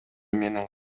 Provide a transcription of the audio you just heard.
менен